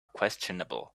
questionable